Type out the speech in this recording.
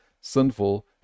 sinful